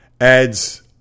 adds